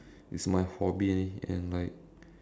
it's my hobby and like